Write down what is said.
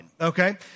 okay